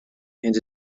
and